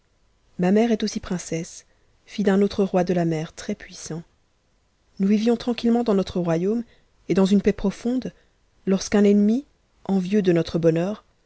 ma mère est aussi princesse fille d'unaut roi de la mer très puissant nous vivions tranquillement dans no royaume et dans une paix profonde forsqu'un ennemi envieux de notre bonheur